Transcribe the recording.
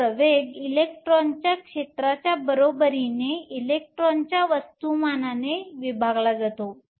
तर प्रवेग इलेक्ट्रॉन क्षेत्राच्या बरोबरीने इलेक्ट्रॉनच्या वस्तुमानाने विभागला जातो